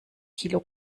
kilo